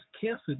cancer